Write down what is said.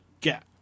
get